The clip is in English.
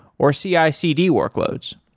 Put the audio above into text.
or cicd workloads.